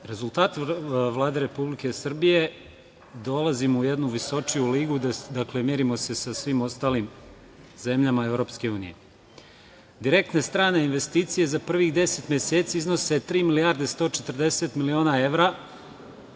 rezultati Vlade Republike Srbije, dolazimo u jednu visočiju ligu. Merimo se sa svim ostalim zemljama EU.Direktne strane investicije za prvih 10 meseci iznose tri milijarde 140 miliona evra